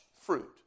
fruit